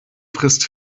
frisst